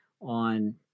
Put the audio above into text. on